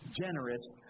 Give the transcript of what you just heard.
generous